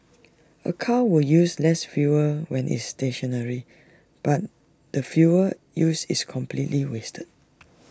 A car will use less fuel when is stationary but the fuel used is completely wasted